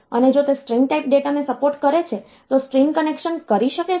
અને જો તે સ્ટ્રીંગ ટાઈપ ડેટાને સપોર્ટ કરે છે તો તે સ્ટ્રીંગ કંકેટનેશન કરી શકે છે